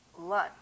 Lunch